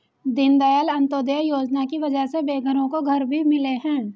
दीनदयाल अंत्योदय योजना की वजह से बेघरों को घर भी मिले हैं